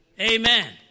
Amen